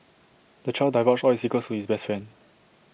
the child divulged all his secrets to his best friend